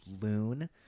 loon